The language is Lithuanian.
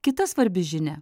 kita svarbi žinia